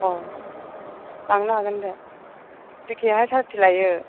अ लांनो हागोन दे जिकेआ थार्टि लायो